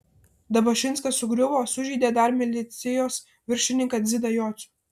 dabašinskas sugriuvo sužeidė dar milicijos viršininką dzidą jocių